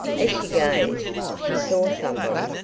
as she gazed, she saw somebody,